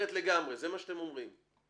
זה מה שהמשטרה אומרים, נכון?